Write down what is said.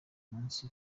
munsi